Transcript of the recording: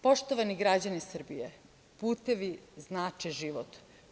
Poštovani građani Srbije, putevi znače život.